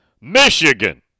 Michigan